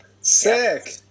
sick